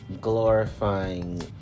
glorifying